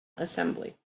assembly